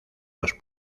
los